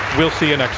we'll see and